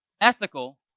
ethical